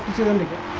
two and yeah